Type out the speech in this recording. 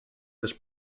this